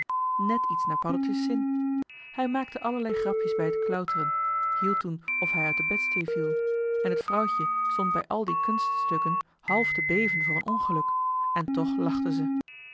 net iets naar paddeltje's zin hij maakte allerlei grapjes bij het klauteren hield toen of hij uit de bedstee viel en het vrouwtje stond bij al die kunststukken half te beven voor een ongeluk en toch lachte ze